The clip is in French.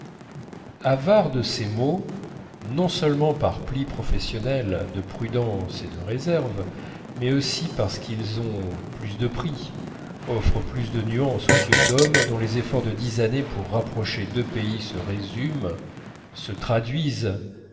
avare de ses mots non seulement par pli professionnel de prudence et de réserve mais aussi parce qu'ils ont plus de prix offrent plus de nuances aux yeux d'hommes dont les efforts de dix années pour rapprocher deux pays se résument se traduisent